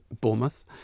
Bournemouth